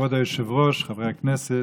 כבוד היושב-ראש, חברי הכנסת,